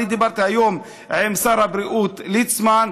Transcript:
אני דיברתי היום עם שר הבריאות ליצמן,